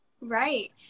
right